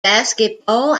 basketball